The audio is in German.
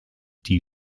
die